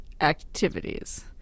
activities